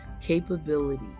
capability